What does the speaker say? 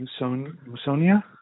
Musonia